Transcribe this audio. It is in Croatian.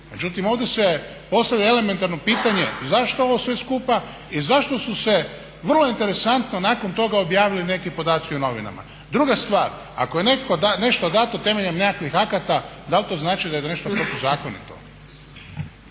Međutim, ovdje se postavlja elementarno pitanje zašto ovo sve skupa i zašto su se vrlo interesantno nakon toga objavili neki podaci u novinama. Druga stvar, ako je nešto dato temeljem nekakvih akata dal' to znači da je to nešto protuzakonito.